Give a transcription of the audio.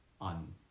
on